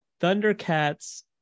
Thundercats